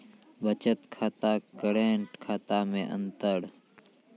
बचत खाता करेंट खाता मे अंतर?